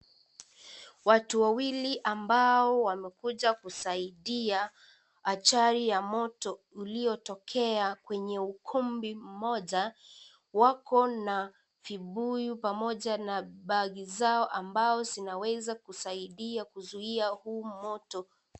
Watu wawili ambao wamekuja kusaidia, ajali ya moto uliotokea kwenye ukumbi mmoja, wako na vibuyu pamoja na bagi zao ambao zinaweza kusaidia kuzuia huu moto.